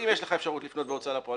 אם יש לך אפשרות לפנות בהוצאה לפועל,